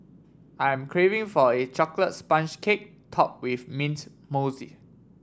I am craving for a chocolate sponge cake topped with mint mousse